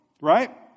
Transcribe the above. right